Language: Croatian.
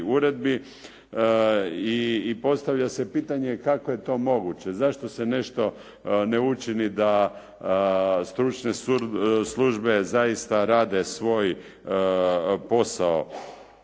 uredbi i postavlja se pitanje kako je to moguće, zašto se nešto ne učini da stručne službe zaista rade svoj posao.